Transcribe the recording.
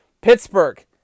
Pittsburgh